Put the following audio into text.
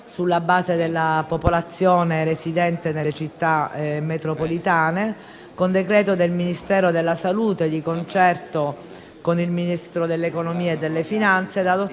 sulla base della popolazione residente nelle Città metropolitane con decreto del Ministero della salute, di concerto con il Ministro dell'economia e delle finanze,